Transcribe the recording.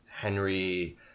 Henry